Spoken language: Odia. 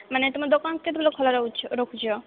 ମାନେ ତୁମ ଦୋକାନ କେତେବେଳେ ଖୋଲା ରହୁଛି ରଖୁଛ